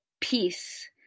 peace